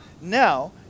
now